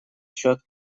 счет